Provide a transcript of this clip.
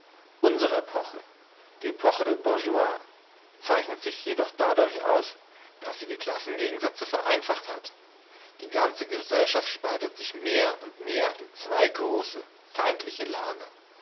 die epoche der bourgeoisie zeichnet sich jedoch dadurch aus daß sie die klassengegensätze vereinfacht hat die ganze gesellschaft spaltet sich mehr und mehr in zwei große feindliche lager